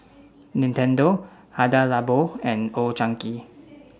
Nintendo Hada Labo and Old Chang Kee